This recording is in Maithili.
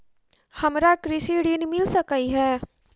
हमरा कृषि ऋण मिल सकै है?